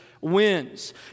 wins